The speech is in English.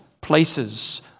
places